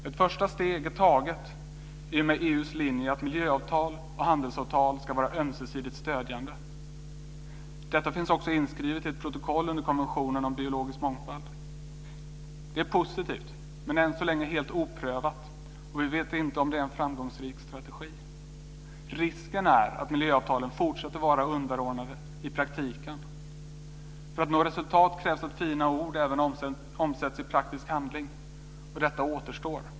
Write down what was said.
Ett första steg är taget i och med EU:s linje att miljöavtal och handelsavtal ska vara ömsesidigt stödjande. Detta finns också inskrivet i ett protokoll under konventionen om biologisk mångfald. Det är positivt men än så länge helt oprövat. Vi vet inte om det är en framgångsrik strategi. Risken är att miljöavtalen fortsätter att vara underordnade i praktiken. För att nå resultat krävs det att fina ord även omsätts i praktisk handling, och detta återstår.